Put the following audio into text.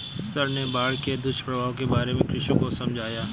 sir ने बाढ़ के दुष्प्रभावों के बारे में कृषकों को समझाया